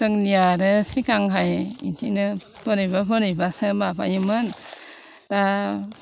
जोंनिया आरो सिगांहाय बिदिनो बोरैबा बोरैबासो माबायोमोन दा